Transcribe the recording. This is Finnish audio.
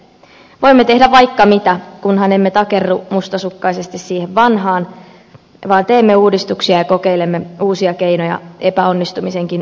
voimme tehdä vaikka mitä kunhan emme takerru mustasukkaisesti siihen vanhaan vaan teemme uudistuksia ja kokeilemme uusia keinoja epäonnistumisenkin uhalla